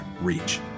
reach